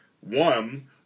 one